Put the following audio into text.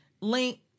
link